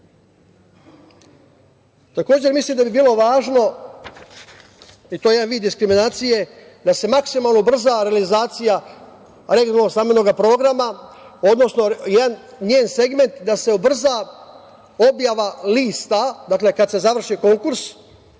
itd. Mislim da bi bilo važno, i to je jedan vid diskriminacije, da se maksimalno ubrza realizacija legalno stambenog programa, odnosno jedan njen segment da se ubrza objava lista, dakle, kad se završi konkurs